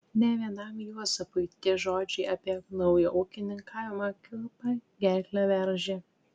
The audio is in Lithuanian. ne vienam juozapui tie žodžiai apie naują ūkininkavimą kilpa gerklę veržė